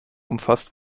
umfasst